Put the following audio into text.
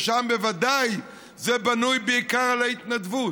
ששם בוודאי זה בנוי בעיקר על ההתנדבות,